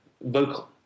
vocal